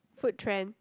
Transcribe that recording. food trend